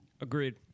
Agreed